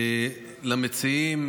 למציעים,